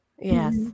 Yes